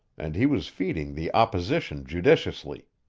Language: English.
and he was feeding the opposition judiciously.